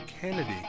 Kennedy